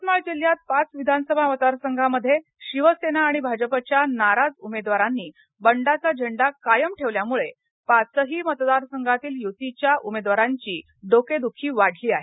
यवतमाळ जिल्ह्यात पाच विधानसभा मतदारसंघामध्ये शिवसेना आणि भाजपच्या नाराज उमेदवारांनी बंडाचा झेंडा कायम ठेवल्यान पाचही मतदारसंघातील युतीच्या उमेदवारांची डोकेद्खी वाढली आहे